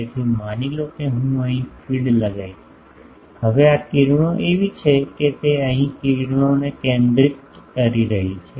તેથી માની લો કે હું અહીં ફીડ લગાવીશ હવે આ કિરણો એવી છે કે તે અહીં કિરણોને કેન્દ્રિત કરી રહી છે